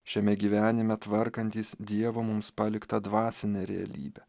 šiame gyvenime tvarkantys dievo mums paliktą dvasinę realybę